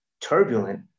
turbulent